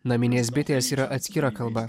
naminės bitės yra atskira kalba